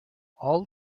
all